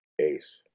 Ace